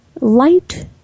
light